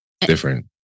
Different